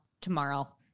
tomorrow